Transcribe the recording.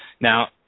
Now